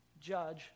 judge